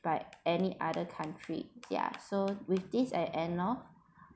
by any other country ya so with this I end lor